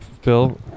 Phil